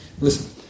Listen